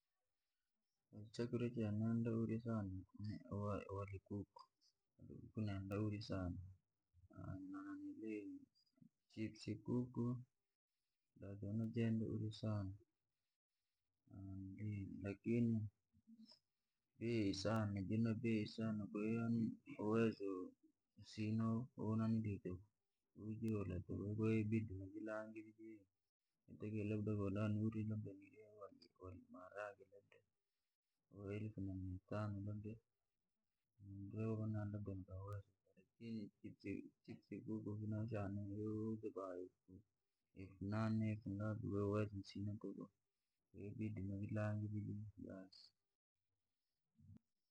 Chakurya che nenda urya sana ni ware nankuku nandauri sana, na chipsi nkuku, najo najenda urya sana, lakini bei sana jina bei sana, kwaiyo yani uwezo usina woula tuku kwahiyo inabidi uji lange vi, wotakiwa kola niurie labda ware na maarage. lakini chipsi nkuku shanauri youzwa elfu inane, kwahiyo uwezo wasina tuku inabidi uvilange vi.